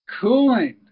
Cooling